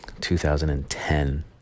2010